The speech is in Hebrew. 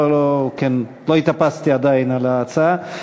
לא התאפסתי עדיין על ההצעה,